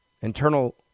Internal